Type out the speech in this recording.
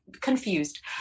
confused